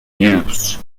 use